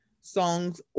songs